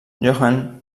johann